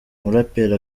umuraperi